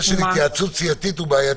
אני מציע, לפני שמקריאים כל סעיף,